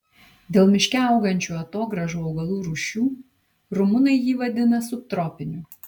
dėl miške augančių atogrąžų augalų rūšių rumunai jį vadina subtropiniu